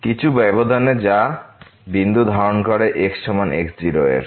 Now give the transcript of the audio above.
কিছু ব্যবধানে যা বিন্দু ধারণ করে x সমান x0এর